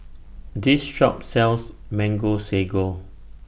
This Shop sells Mango Sago